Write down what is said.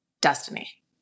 destiny